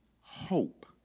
hope